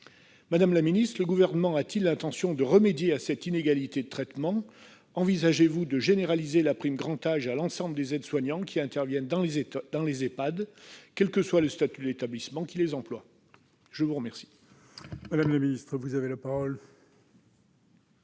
secteur privé. Le Gouvernement a-t-il l'intention de remédier à cette inégalité de traitement ? Envisage-t-il de généraliser la prime « grand âge » à l'ensemble des aides-soignants qui interviennent dans les Ehpad, quel que soit le statut de l'établissement qui les emploie ? La parole est à Mme la ministre déléguée.